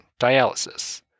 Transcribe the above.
dialysis